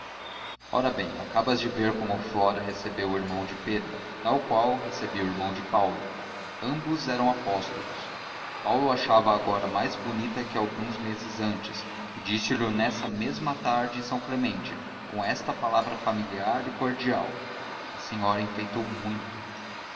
ora bem acabas de ver como flora recebeu o irmão de pedro tal qual recebia o irmão de paulo ambos eram apóstolos paulo achava-a agora mais bonita que alguns meses antes e disse-lho nessa mesma tarde em são clemente com esta palavra familiar e cordial a senhora enfeitou muito